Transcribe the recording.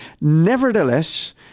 Nevertheless